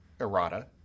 errata